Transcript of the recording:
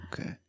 okay